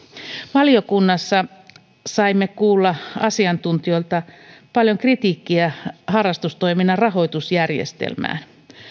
valiokunnassa saimme kuulla asiantuntijoilta paljon kritiikkiä harrastustoiminnan rahoitusjärjestelmästä